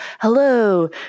hello